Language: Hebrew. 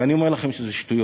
ואני אומר לכם שזה שטויות,